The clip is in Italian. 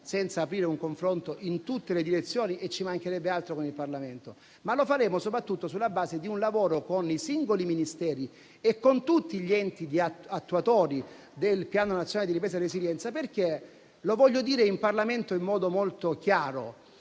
senza aprire un confronto in tutte le direzioni e con il Parlamento - ci mancherebbe altro - ma lo farà soprattutto sulla base di un lavoro con i singoli Ministeri e con tutti gli enti attuatori del Piano nazionale di ripresa e resilienza. Lo voglio dire in Parlamento in modo molto chiaro: